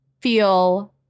feel